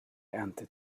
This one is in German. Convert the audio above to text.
ernte